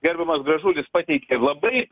gerbiamas gražulis pateikė labai